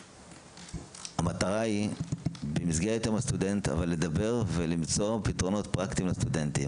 המטרה היא במסגרת יום הסטודנט לדבר ולמצוא פתרונות פרקטיים לסטודנטים.